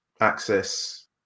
access